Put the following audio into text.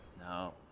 No